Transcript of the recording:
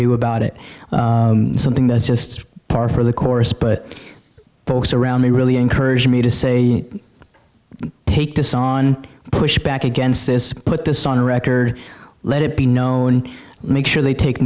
do about it something that's just par for the course but folks around me really encourage me to say take this on push back against this put this on the record let it be known and make sure they take